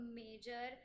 major